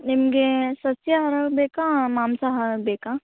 ನಿಮಗೆ ಸಸ್ಯಾಹಾರ ಬೇಕಾ ಮಾಂಸಹಾರದ್ದು ಬೇಕಾ